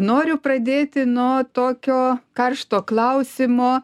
noriu pradėti nuo tokio karšto klausimo